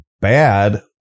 bad